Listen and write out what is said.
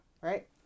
Right